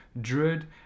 Druid